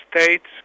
states